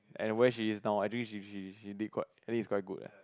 and where she is now I think she she she did quite I think is quite good ya